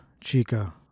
Chica